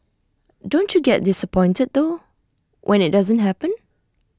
don't you get disappointed though when IT doesn't happen